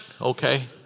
Okay